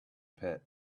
pit